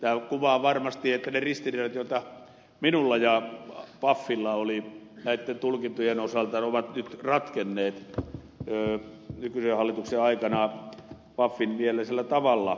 tämä kuvaa varmasti että ne ristiriidat joita minulla ja pafilla oli näitten tulkintojen osalta ovat nyt ratkenneet nykyisen hallituksen aikana pafin mieleisellä tavalla